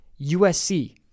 USC